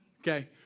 okay